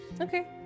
Okay